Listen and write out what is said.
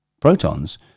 protons